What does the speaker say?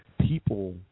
people